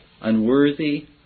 Unworthy